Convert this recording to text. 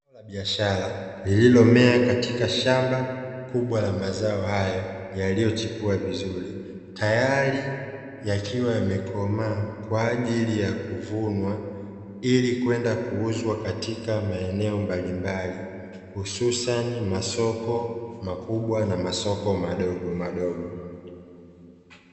Zao la biashara lililomea katika shamba kubwa la mazao hayo yaliyochipua vizuri, tayari yakiwa yamekomaa kwa ajili ya kuvunwa ili kwenda kuuza katika maeneo mbalimbali; hususani masoko makubwa na masoko madogomadogo.